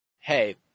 hey